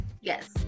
Yes